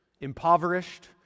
impoverished